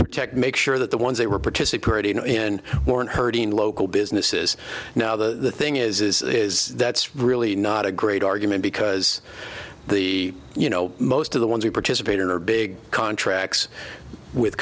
protect make sure that the ones they were participating in weren't hurting local businesses now the thing is is that's really not a great argument because the you know most of the ones we participate in are big contracts with